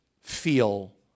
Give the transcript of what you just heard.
feel